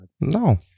No